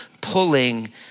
pulling